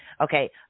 Okay